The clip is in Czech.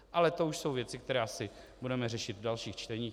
Ale to už jsou věci, které asi budeme řešit v dalších čteních.